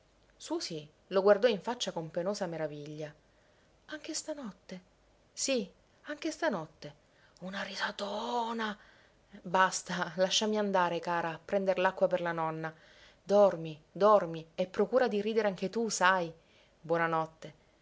riso susì lo guardò in faccia con penosa meraviglia anche stanotte sì anche stanotte una risatoooòna basta lasciami andare cara a prender l'acqua per la nonna dormi dormi e procura di ridere anche tu sai